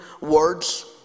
words